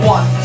One